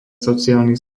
sociálnych